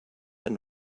and